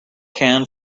can